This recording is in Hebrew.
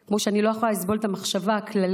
כמו שאני לא יכולה לסבול את המחשבה הכללית